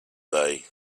day